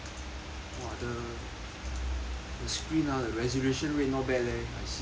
!wah! the the screen ah the resolution rate not bad leh